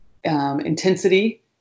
Intensity